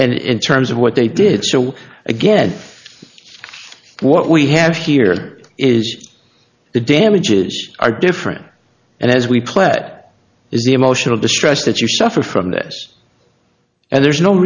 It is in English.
and in terms of what they did so again what we have here is the damages are different and as we play that is emotional distress that you suffer from this and there's no